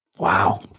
Wow